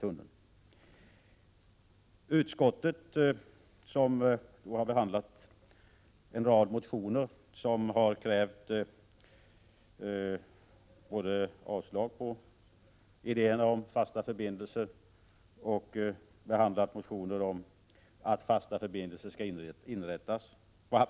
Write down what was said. Utskottet har behandlat en rad motioner där det krävs både att idén om fasta förbindelser skall förkastas och att fasta förbindelser skall inrättas.